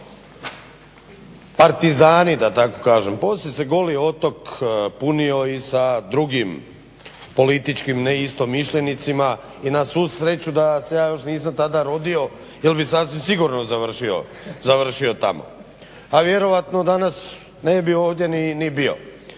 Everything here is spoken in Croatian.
partizani da tako kažem, poslije se Goli otok punio i sa drugim političkim neistomišljenicima i na svu sreću da se ja još nisam tada rodio jer bih sasvim sigurno završio tamo. A vjerojatno danas ne bi ovdje ni bio.